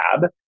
tab